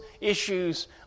issues